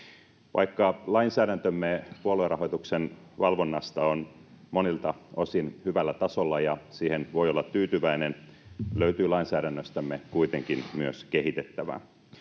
Vaikka lainsäädäntömme puoluerahoituksen valvonnasta on monilta osin hyvällä tasolla ja siihen voi olla tyytyväinen, löytyy lainsäädännöstämme kuitenkin myös kehitettävää.